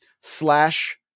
slash